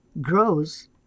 grows